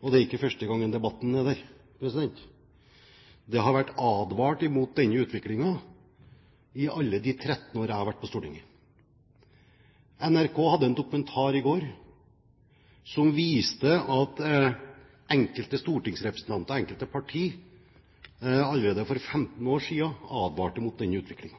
og det er ikke første gang debatten er her. Det har vært advart mot denne utviklingen i alle de 13 år jeg har vært på Stortinget. NRK hadde en dokumentar i går som viste at enkelte stortingsrepresentanter og enkelte parti allerede for 15 år siden advarte mot denne utviklingen.